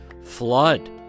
flood